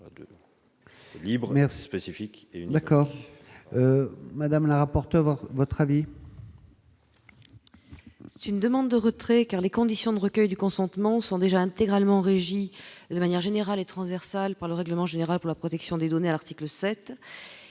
C'est une demande de retrait car les conditions de recueil du consentement sont déjà intégralement régit la manière générale et transversal par le règlement général pour la protection des données à l'article 7